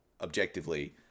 objectively